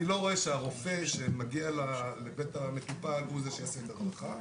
אני לא רואה שהרופא שמגיע לבית המטופל הוא זה שיעשה את ההדרכה,